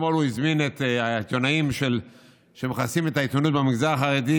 אתמול הוא הזמין את העיתונאים שמכסים את העיתונות במגזר החרדי